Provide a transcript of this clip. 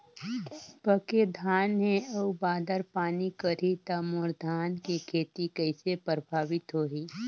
पके धान हे अउ बादर पानी करही त मोर धान के खेती कइसे प्रभावित होही?